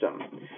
system